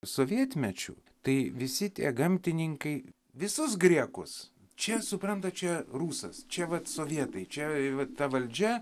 sovietmečiu tai visi tie gamtininkai visus griekus čia suprantat čia rusas čia vat sovietai čia vat ta valdžia